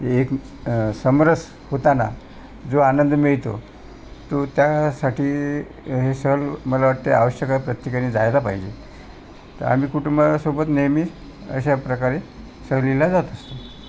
एक समरस होताना जो आनंद मिळतो तो त्यासाठी हे सहल मला वाटते आवश्यक आहे प्रत्येकाने जायला पाहिजे तर आम्ही कुटुंबासोबत नेहमीच अशाप्रकारे सहलीला जात असतो